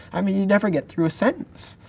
i mean you'd never get through a sentence.